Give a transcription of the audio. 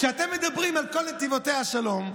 כשאתם מדברים על "כל נתיבותיה שלום",